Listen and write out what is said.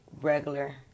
regular